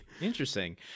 interesting